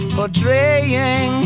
Portraying